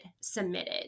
submitted